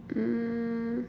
mm